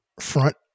front